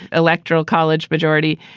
electoral college majority,